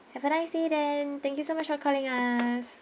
have a nice day then thank you so much for calling us